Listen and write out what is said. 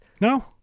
No